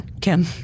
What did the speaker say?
Kim